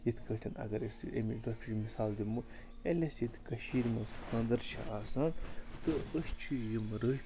یِتھ کٲٹھۍ اگر أسۍ یہِ اَمِچ رٔفِچ مِثال دِمو ییٚلہِ اَسہِ ییٚتہِ کٔشیٖرِ منٛز خانٛدَر چھِ آسان تہٕ أسۍ چھِ یِم رٔپھۍ